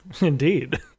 Indeed